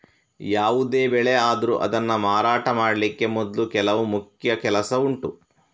ಯಾವುದೇ ಬೆಳೆ ಆದ್ರೂ ಅದನ್ನ ಮಾರಾಟ ಮಾಡ್ಲಿಕ್ಕೆ ಮೊದ್ಲು ಕೆಲವು ಮುಖ್ಯ ಕೆಲಸ ಉಂಟು